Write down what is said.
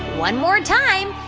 one more time.